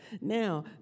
Now